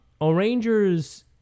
O'rangers